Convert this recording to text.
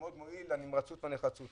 הנמרצות והנחרצות,